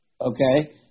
okay